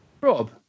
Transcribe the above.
Rob